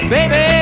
Baby